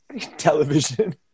television